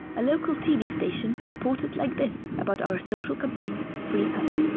a local tv station reported like this about our social campaign free hug.